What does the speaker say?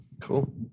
Cool